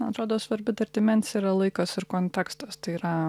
man atrodo svarbi dar dimensija yra laikas ir kontekstas tai yra